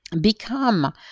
Become